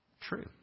true